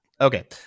okay